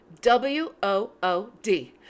W-O-O-D